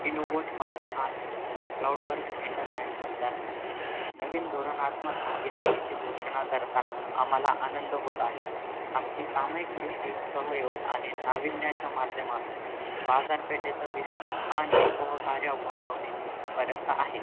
innovate Hub आणि Cloud Works International दरम्यान नवीन धोरणात्मक भागीदारीची घोषणा करताना आम्हाला आनंद होत आहे आमची सामयिक दृष्टी सहयोग आणि नाविन्याच्या माध्यमातून बाजारपेठेचा विस्तार आणि सहकार्य वाढवणेपर्यंत आहे